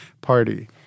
Party